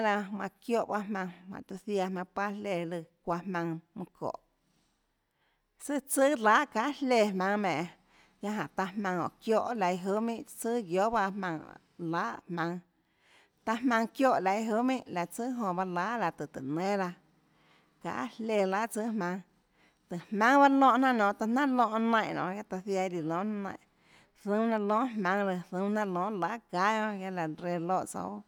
laã manã çióhã paâ jmaønã jánhã tiuã ziaã jmaønã paâ jléã lùã çuaã jmaønã mønã çóhå sùã tsùà lahà çahà jléã jmaùnâ menè guiaâ taã jmaønã goè çióhã laå iã juhà minhà tsùà guiohà paâ jmaønã lahà jmaùnâ taã jmaønã çióhã laå iâ juhà minhàlaå tsùà jonã paâ lahà láhå tùhå táå nénâ laã çahà jléã lahà tsùà jmaùnâ tùhå jmaùnâ baâ lónhã jnanà nonê taã jnanà lónhã naínhã nonê taã ziaã iâ líã lonhà jnanà naínhã zoúnâ jnanà lonhà jmaùnâ lùã zoúnâ jnanà lonhàlahàçahà guiaâ laå reã lóhã tsouã